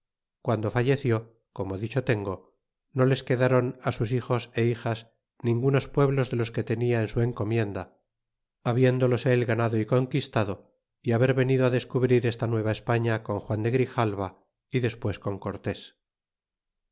guando falleció corno dicho tengo no les quedaron sus hijos hijas ningunos pueblos de los que tenia en su cocomuenda habiéndoles el ganado y conquistado y haber venido descubrir esta nueva españa con juan de grijalva y despues can cortés